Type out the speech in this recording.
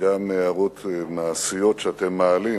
וגם מהערות מעשיות שאתם מעלים.